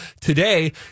today